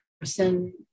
person